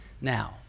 Now